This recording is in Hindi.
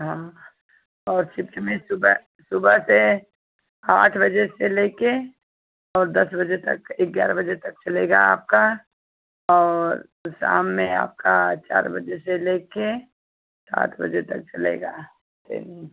हाँ और सिफ्ट में सुबह सुबह से आठ बजे से लेकर और दस बजे तक ग्यारह बजे तक चलेगा आपका और शाम में आपका चार बजे से लेकर सात बजे तक चलेगी ट्रेनिंग